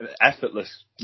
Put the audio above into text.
effortless